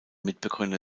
mitbegründer